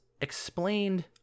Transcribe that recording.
explained